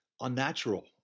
unnatural